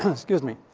excuse me.